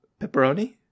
Pepperoni